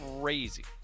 Crazy